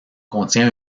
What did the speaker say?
contient